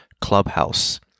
clubhouse